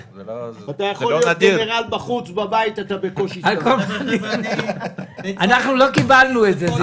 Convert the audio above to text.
אתה יכול להיות גנרל בחוץ ובבית אתה בקושי --- אנחנו לא קיבלנו את זה,